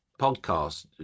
podcast